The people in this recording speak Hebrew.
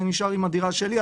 אני נשאר עם הדירה שלי,